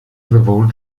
sowohl